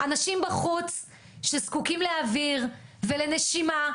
אנשים בחוץ שזקוקים לאוויר ולנשימה,